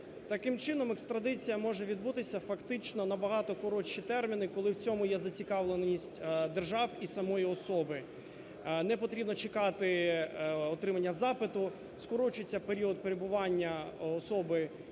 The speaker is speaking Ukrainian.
Таким чином екстрадиція може відбутися фактично в набагато коротші терміни, коли в цьому є зацікавленість держав і самої особи. Не потрібно чекати отримання запиту, скорочується період перебування особи